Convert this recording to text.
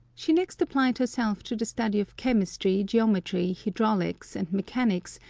she next applied herself to the study of chemistry, g-eometry, hydraulics, and mechanics,